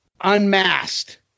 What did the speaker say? Unmasked